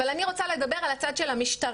אבל אני רוצה לדבר על הצד של המשטרה,